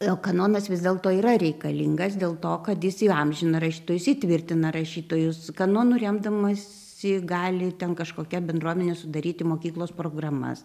o kanonas vis dėlto yra reikalingas dėl to kad jis įamžino rašytojus įtvirtina rašytojus kanonų remdamasi gali ten kažkokia bendruomenė sudaryti mokyklos programas